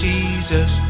Jesus